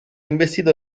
investito